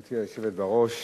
גברתי היושבת בראש,